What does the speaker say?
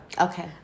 okay